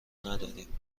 نداریم